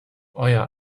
euer